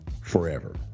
forever